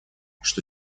что